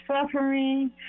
suffering